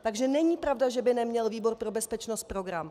Takže není pravda, že by neměl výbor pro bezpečnost program.